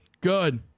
Good